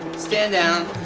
stand down.